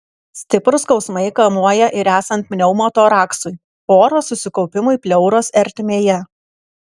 stiprūs skausmai kamuoja ir esant pneumotoraksui oro susikaupimui pleuros ertmėje